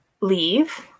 leave